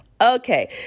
Okay